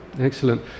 Excellent